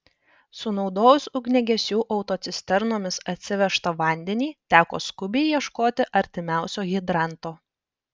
sunaudojus ugniagesių autocisternomis atsivežtą vandenį teko skubiai ieškoti artimiausio hidranto